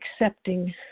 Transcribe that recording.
accepting